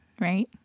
right